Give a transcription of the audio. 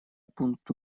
пункту